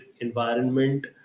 environment